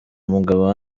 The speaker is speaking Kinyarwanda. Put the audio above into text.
mugabo